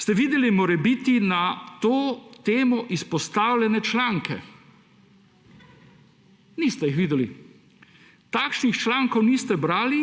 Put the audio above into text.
Ste videli morebiti na to temo izpostavljene članke? Niste jih videli. Takšnih člankov niste brali,